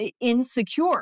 insecure